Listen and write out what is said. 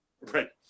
Right